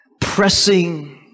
pressing